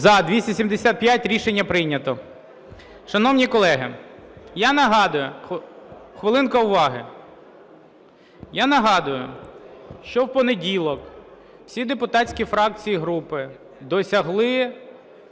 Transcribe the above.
За-209 Рішення прийнято.